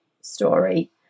story